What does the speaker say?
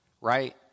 right